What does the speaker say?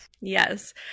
Yes